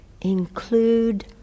include